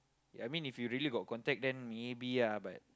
I mean if you really got contact then maybe ya but